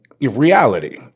reality